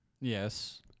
Yes